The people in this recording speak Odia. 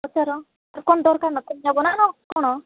ପଚାର ତ କ'ଣ ଦରକାର ନା ହବ ନା ନ କ'ଣ